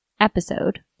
episode